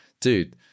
dude